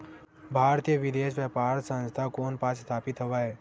भारतीय विदेश व्यापार संस्था कोन पास स्थापित हवएं?